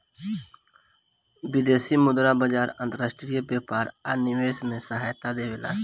विदेशी मुद्रा बाजार अंतर्राष्ट्रीय व्यापार आ निवेश में सहायता देबेला